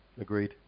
Agreed